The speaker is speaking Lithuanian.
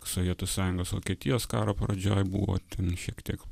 sovietų sąjungos vokietijos karo pradžioj buvo ten šiek tiek